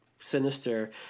sinister